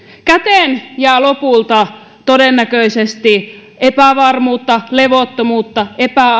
käteen jää lopulta todennäköisesti epävarmuutta levottomuutta